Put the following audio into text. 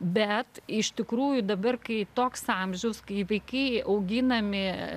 bet iš tikrųjų dabar kai toks amžius kai vaikai auginami